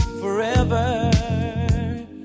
forever